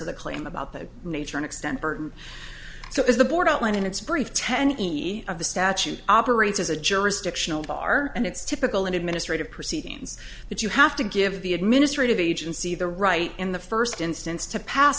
of the claim about the nature and extent burden so is the board outline in its brief tenney of the statute operates as a jurisdictional bar and it's typical in administrative proceedings that you have to give the administrative agency the right in the first instance to pass